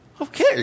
okay